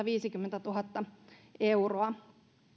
viisikymmentätuhatta euroa